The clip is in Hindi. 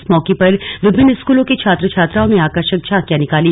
इस मौके पर विभिन्न स्कूलों के छात्र छात्राओं ने आकर्षक झांकियां निकाली